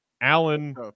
Allen